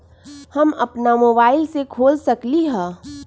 हम अपना मोबाइल से खोल सकली ह?